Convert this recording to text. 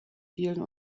vielen